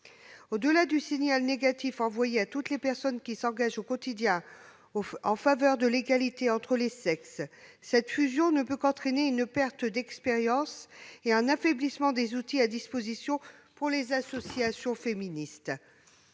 Au-delà du signal négatif ainsi envoyé à toutes les personnes qui s'engagent au quotidien en faveur de l'égalité entre les sexes, cette fusion ne peut qu'entraîner une perte d'expérience et un affaiblissement des outils à disposition des associations féministes.